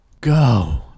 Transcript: Go